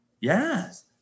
yes